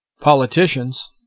politicians